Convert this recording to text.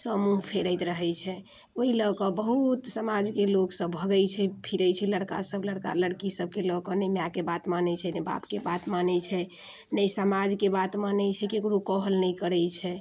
सभ मुँह फेरैत रहै छै ओहि लऽ कऽ बहुत समाजके लोक सभ भगै छै फिरै छै लड़का सभ लड़का लड़की सभके लऽ कऽ ने मायके बात मानै छै ने बापके बात मानै छै ने समाजके बात मानै छै ककरो कहल नहि करै छै